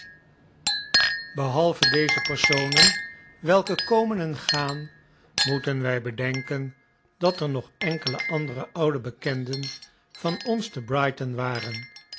behalve deze personen welke komen en gaan moeten wij bedenken dat er nog enkele andere oude bekenden van ons te brighton waren